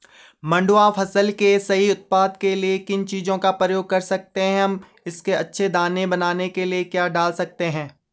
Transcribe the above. मंडुवा फसल के सही से उत्पादन के लिए किन चीज़ों का प्रयोग कर सकते हैं हम इसके अच्छे दाने बनाने के लिए क्या डाल सकते हैं?